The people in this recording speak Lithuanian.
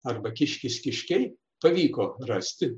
arba kiškis kiškiai pavyko rasti